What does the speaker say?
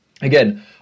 Again